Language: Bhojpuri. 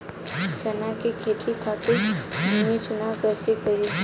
चना के खेती खातिर भूमी चुनाव कईसे करी?